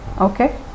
Okay